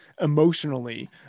emotionally